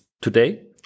today